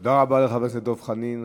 תודה רבה לחבר הכנסת דב חנין.